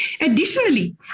Additionally